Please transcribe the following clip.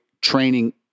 training